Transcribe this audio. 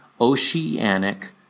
oceanic